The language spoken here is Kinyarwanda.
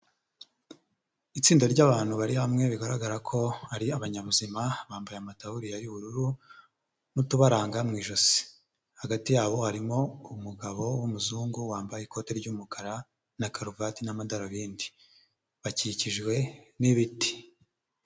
Itsinda ry'abantu bari hamwe bigaragara ko ari abanyabuzima, bambaye amataburiya y'ubururu n'utubaranga mu ijosi, hagati yabo harimo umugabo w'umuzungu wambaye ikoti ry'umukara na karuvati n'amadarubindi, bakikijwe n'ibiti.